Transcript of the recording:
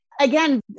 again